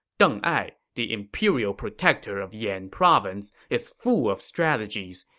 deng ai, the imperial protector of yan province, is full of strategies.